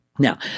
Now